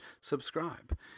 subscribe